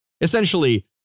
Essentially